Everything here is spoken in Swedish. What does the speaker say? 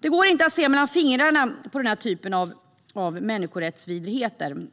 Det går inte att se mellan fingrarna med denna typ av människorättsvidrigheter.